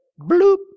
bloop